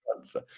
answer